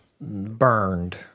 burned